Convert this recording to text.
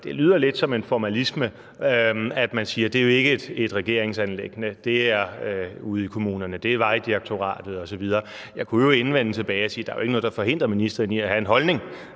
lyder det lidt som en formalisme, at man siger, at det ikke er et regeringsanliggende; det er ude i kommunerne, det er Vejdirektoratet osv. Jeg kunne indvende og sige tilbage, at der jo ikke er noget, der forhindrer ministeren i at have en holdning